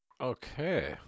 Okay